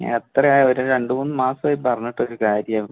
എത്ര ആയി ഒര് രണ്ട് മൂന്ന് മാസമായി പറഞ്ഞിട്ട് ഒരു കാര്യം